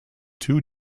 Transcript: two